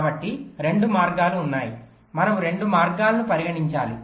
కాబట్టి 2 మార్గాలు ఉన్నాయి మనము రెండు మార్గాలను పరిగణించాలి